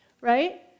right